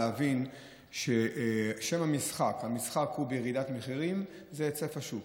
להבין ששם המשחק בירידת מחירים זה היצף השוק.